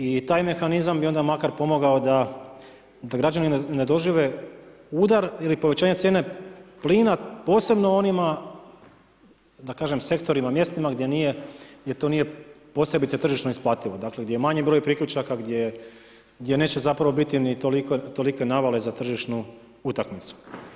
I taj mehanizam bi onda makar pomogao da građani ne dožive udar ili povećanje cijene plina posebno onima da kažem sektorima, mjestima gdje nije to posebice tržišno isplativo, dakle gdje je manji broj priključaka, gdje neće zapravo biti ni tolike navale za tržišnu utakmicu.